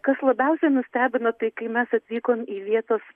kas labiausiai nustebino tai kai mes atvykom į vietos